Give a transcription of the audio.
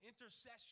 intercession